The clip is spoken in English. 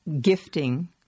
gifting